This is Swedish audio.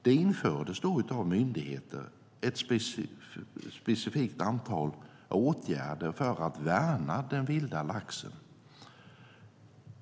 Det infördes då av myndigheter ett specifikt antal åtgärder för att värna den vilda laxen.